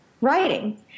writing